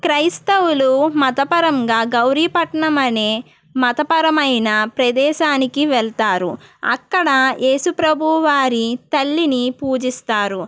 క్రైస్తవులు మతపరంగా గౌరీపట్నం అనే మతపరమైన ప్రదేశానికి వెళతారు అక్కడ ఏసుప్రభు వారి తల్లిని పూజిస్తారు